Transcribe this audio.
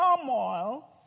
turmoil